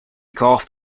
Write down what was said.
coughed